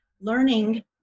learning